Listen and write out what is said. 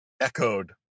echoed